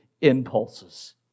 impulses